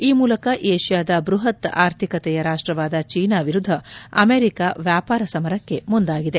ಈ ಮೂಲಕ ಏಷ್ನಾದ ಬೃಹತ್ ಆರ್ಥಿಕತೆಯ ರಾಷ್ಷವಾದ ಚೀನಾ ವಿರುದ್ಧ ಅಮೆರಿಕ ವ್ಯಾಪಾರ ಸಮರಕ್ಕೆ ಮುಂದಾಗಿದೆ